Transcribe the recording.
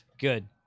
Good